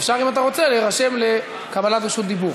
אפשר, אם אתה רוצה, להירשם לקבלת רשות דיבור.